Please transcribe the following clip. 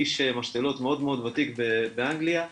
איש משתלות מאוד ותיק באנגליה,